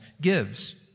gives